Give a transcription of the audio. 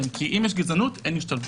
אם יש גזענות, אין השתלבות.